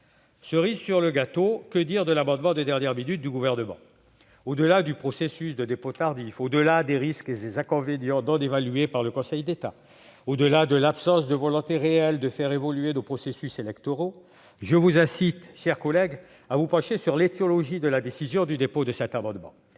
Cerise sur le gâteau : que dire de l'amendement de dernière minute du Gouvernement ? Au-delà du processus et de son dépôt tardif, au-delà des risques et des inconvénients non évalués par le Conseil d'État, au-delà de l'absence de volonté réelle de faire évoluer nos processus électoraux, je vous incite, mes chers collègues, à vous pencher sur l'étiologie de la décision ayant conduit au dépôt de cet amendement.